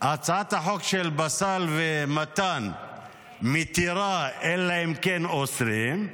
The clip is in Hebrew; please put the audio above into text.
הצעת החוק של פסל ומתן מתירה אלא אם כן אוסרים,